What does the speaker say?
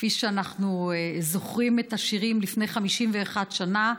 כפי שאנחנו זוכרים את השירים מלפני 51 שנה.